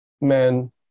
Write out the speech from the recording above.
men